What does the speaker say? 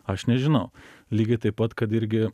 aš nežinau lygiai taip pat kad irgi